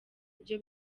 byo